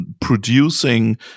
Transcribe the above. producing